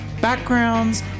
backgrounds